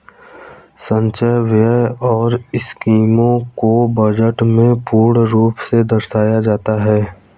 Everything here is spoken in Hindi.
संचय व्यय और स्कीमों को बजट में पूर्ण रूप से दर्शाया जाता है